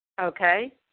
Okay